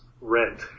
rent